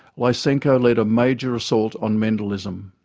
lysenko led a major assault on mendelism,